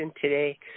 today